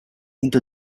into